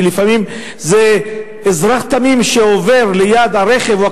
כי לפעמים זה אזרח תמים שעובר ליד הרכב או